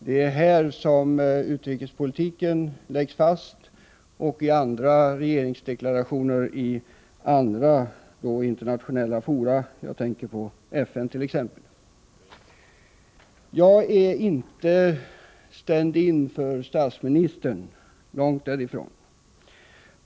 Det är här som utrikespolitiken läggs fast, liksom genom regeringsdeklarationer i internationella fora — jag tänker t.ex. på FN. Jag är inte stand in för statsministern, långt därifrån.